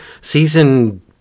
season